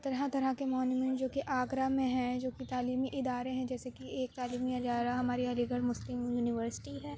طرح طرح کے مونیمینٹ جو کہ آگرہ میں ہیں جو کہ تعلیمی ادارے ہیں جیسے کہ ایک تعلیمی ادارہ ہماری علی گڑھ مسلم یونیورسٹی ہے